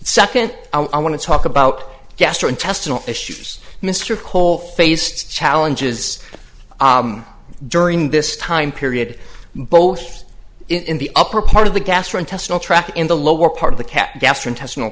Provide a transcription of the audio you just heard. second i want to talk about gastrointestinal fissures mr cole faced challenges during this time period both in the upper part of the gastrointestinal tract in the lower part of the cat gastrointestinal